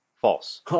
False